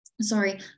Sorry